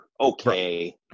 Okay